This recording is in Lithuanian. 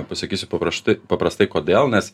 pasakysiu paprašta paprastai kodėl nes